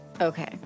Okay